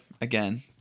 again